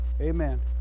Amen